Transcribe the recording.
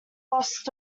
lost